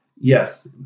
yes